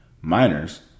miners